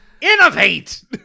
innovate